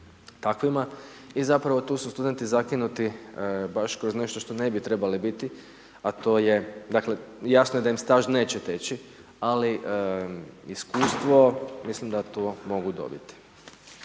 takvima, i zapravo tu su studenti zakinuti baš kroz nešto što ne bi trebali biti a to je, dakle, jasno je da im staž neće teći, ali iskustvo, mislim da tu mogu dobiti.